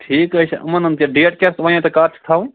ٹھیٖک حظ چھُ یِمن ہُنٛد کیاہ ڈیٹ کیاہ وَنیاوُ تۄہہِ کَر چھُ تھاوُن